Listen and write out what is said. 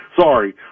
sorry